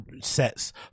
sets